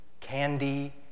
candy